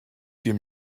dem